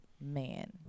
man